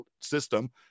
system